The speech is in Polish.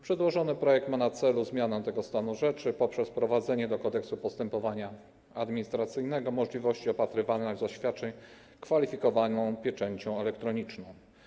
Przedłożony projekt ma na celu zmianę tego stanu rzeczy poprzez wprowadzenie do Kodeksu postępowania administracyjnego możliwości opatrywania zaświadczeń kwalifikowaną pieczęcią elektroniczną.